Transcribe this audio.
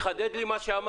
תחדד לי את מה שאמר